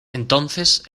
entonces